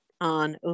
on